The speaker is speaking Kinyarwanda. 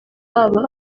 baba